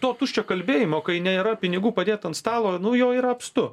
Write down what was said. to tuščio kalbėjimo kai nėra pinigų padėt ant stalo nu jau yra apstu